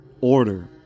order